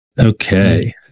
Okay